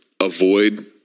avoid